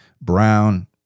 Brown